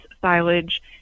silage